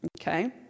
Okay